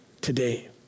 today